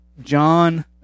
john